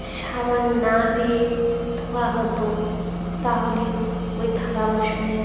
সাবান না দিয়ে ধোয়া হতো তাহলে ওই থালা বাসনে